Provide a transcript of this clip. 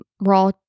raw